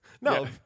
No